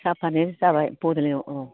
साफानो जाबाय बड'लेण्डआव औ